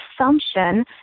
assumption